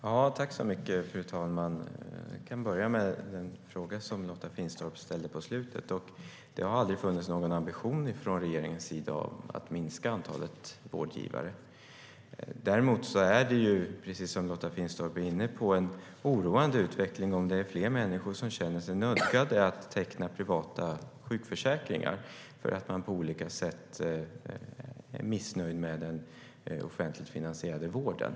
Fru talman! Jag kan börja med den fråga som Lotta Finstorp ställde på slutet: Det har aldrig funnits någon ambition från regeringens sida att minska antalet vårdgivare. Däremot är det, precis som Lotta Finstorp är inne på, en oroande utveckling om det är fler människor som känner sig nödgade att teckna privata sjukförsäkringar för att de på olika sätt är missnöjda med den offentligt finansierade vården.